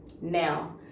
now